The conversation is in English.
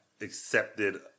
accepted –